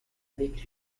avec